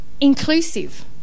inclusive